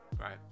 right